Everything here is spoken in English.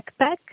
backpack